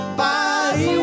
body